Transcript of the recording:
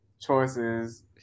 Choices